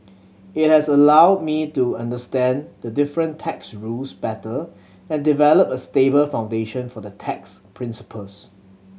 it has allowed me to understand the different tax rules better and develop a stable foundation for the tax principles